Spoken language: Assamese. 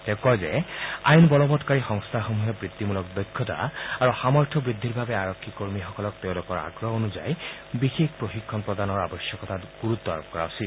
তেওঁ কয় যে আইন বলৱৎকাৰী সংস্থাসমূহে বৃত্তিমূলক দক্ষতা আৰু সামৰ্থ বৃদ্ধিৰ বাবে আৰক্ষী কৰ্মীসকলক তেওঁলোকৰ আগ্ৰহ অনুযায়ী বিশেষ প্ৰশিক্ষণ প্ৰদানৰ আৱশ্যকতা গুৰুত্ব আৰোপ কৰা উচিত